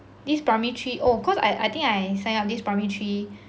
this primary three oh cause I I think I sign up this primary three